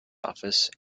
office